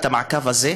את המעקב הזה,